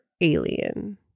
alien